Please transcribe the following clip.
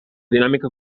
dinàmica